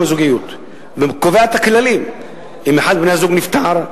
הזוגיות וקובע את הכללים: אם אחד מבני-הזוג נפטר,